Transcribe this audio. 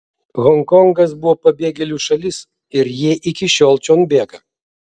honkongas buvo pabėgėlių šalis ir jie iki šiol čion bėga